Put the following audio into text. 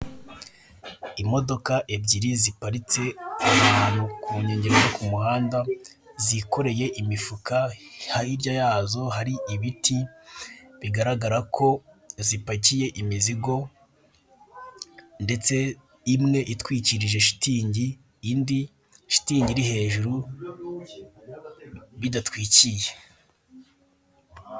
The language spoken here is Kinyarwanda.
Imodoka ebyiri ziparitse ahantu ku nkengero yo ku muhanda, zikoreye imifuka hirya zayo hari ibiti, bigaragara ko zipakiye imizigo ndetse imwe itwikirije shitingi indi shitingi iri hejuru bidatwikiye.